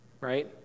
right